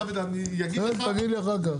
דוד אני אגיד לך אחר כך,